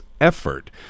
effort